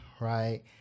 right